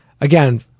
Again